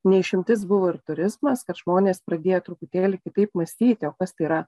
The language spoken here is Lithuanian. ne išimtis buvo ir turizmas kad žmonės pradėjo truputėlį kitaip mąstyti o kas tai yra